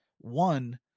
One